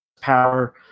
power